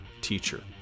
teacher